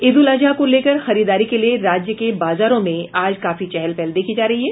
ईद उल अजहा को लेकर खरीदारी के लिए राज्य के बाजारों में आज काफी चहल पहल देखी जा रही है